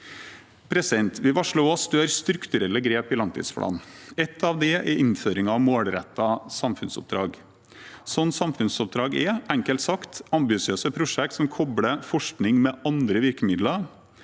er i. Vi varsler også større strukturelle grep i langtidsplanen. Ett av dem er innføring av målrettede samfunnsoppdrag. Sånne samfunnsoppdrag er, enkelt sagt, ambisiøse prosjekt som kobler forskning med andre virkemidler